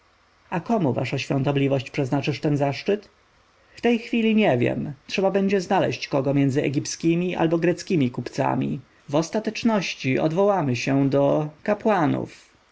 a komu wasza świątobliwość przeznaczysz ten zaszczyt w tej chwili nie wiem trzeba będzie znaleźć kogo między egipskimi albo greckimi kupcami w ostateczności odwołamy się